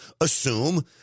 assume